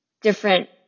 different